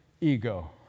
ego